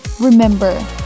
remember